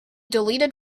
deleted